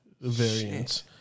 variants